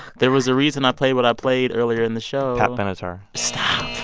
there was a reason i played what i played earlier in the show pat benatar stop